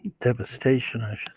devastation